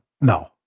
no